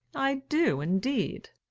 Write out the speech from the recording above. i do, indeed.